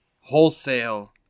Wholesale